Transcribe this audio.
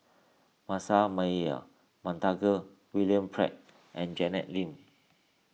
Manasseh Meyer Montague William Pett and Janet Lim